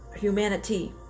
humanity